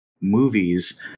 movies